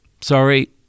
Sorry